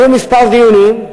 היו כמה דיונים,